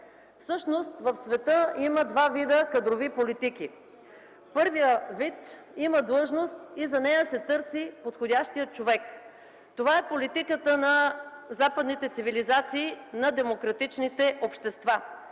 Всъщност в света има два вида кадрови политики. Първият вид – има длъжност и за нея се търси подходящия човек, това е политиката на западните цивилизации на демократичните общества.